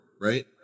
right